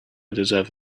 deserve